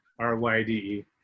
R-Y-D-E